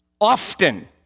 often